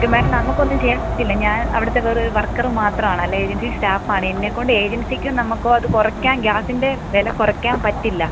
madam നമുക്കൊന്നും ചെയ്യാൻ പറ്റില്ല ഞാൻ അവിടുത്തെ വെറും ഒര് വർക്കറ് മാത്രമാണ് അല്ലേൽ ഏജൻസി സ്റ്റാഫാണ് എന്നെ കൊണ്ട് ഏജൻസിക്കോ നമുക്കോ അത് കുറയ്ക്കാൻ ഗ്യാസിൻ്റെ വില കുറയ്ക്കാൻ പറ്റില്ല